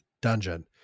Dungeon